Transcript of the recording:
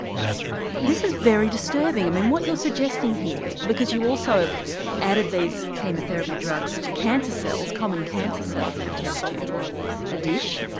that's right. this is very disturbing, i mean what you're suggesting here because you also added these chemotherapy drugs to cancer cells, common cancer cells in a test tube or a dish,